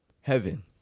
heaven